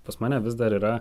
pas mane vis dar yra